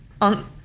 on